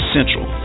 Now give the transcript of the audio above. Central